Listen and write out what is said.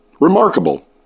Remarkable